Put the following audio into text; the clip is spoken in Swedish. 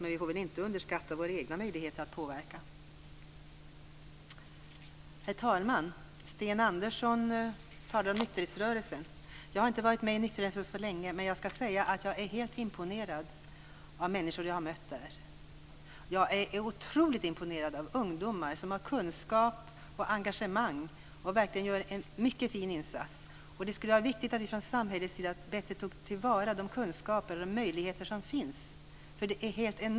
Men vi får inte underskatta våra egna möjligheter att påverka. Herr talman! Sten Andersson talade om nykterhetsrörelsen. Jag har inte varit med i nykterhetsrörelsen så länge. Men jag är imponerad av de människor jag har mött där. Jag är otroligt imponerad av ungdomar som har kunskap och engagemang. De gör verkligen en mycket fin insats. Det skulle vara viktigt om vi från samhällets sida bättre tog till vara de kunskaper och möjligheter som finns.